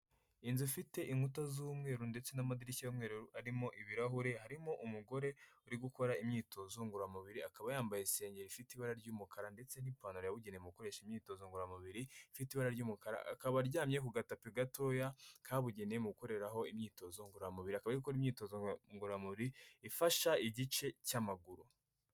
Inzu ifite inkuta z'umweru ndetse n'amadirishya y'umweru arimo ibirahure harimo umugore uri gukora imyitozo ngororamubiri akaba yambaye isengero ifite ibara ry'umukara ndetse n'ipantaro yabugenewe gukoresha imyitozo ngororamubiri ifite'i ibara ry'umukara akaba aryamye ku gatapi gatoya kabugenewe mu gukoreraho imyitozo ngororamubiri akaba ari gukora imyitozo ngoramubiri ifasha igice cy'amaguru.